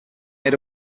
made